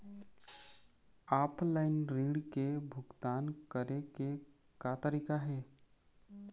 Offline ऋण के भुगतान करे के का तरीका हे?